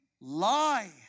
lie